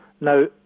Now